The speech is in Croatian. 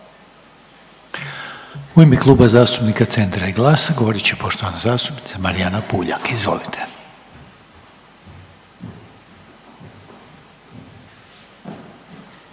u ime Kluba zastupnika CENTRA i GLAS-a govoriti poštovana zastupnica Marijana Puljak. Izvolite.